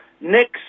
next